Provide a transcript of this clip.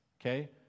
okay